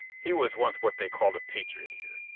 he was once what they called a patriot here.